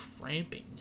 cramping